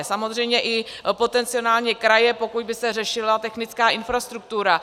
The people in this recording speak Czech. Samozřejmě i potenciálně kraje, pokud by se řešila technická infrastruktura.